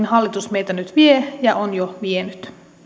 hallitus meitä nyt vie ja on jo vienyt